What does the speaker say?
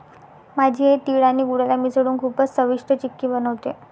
माझी आई तिळ आणि गुळाला मिसळून खूपच चविष्ट चिक्की बनवते